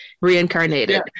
reincarnated